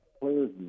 players